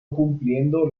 cumpliendo